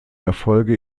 erfolge